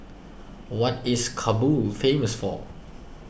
what is Kabul famous for